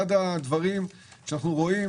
אנחנו רואים